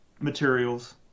materials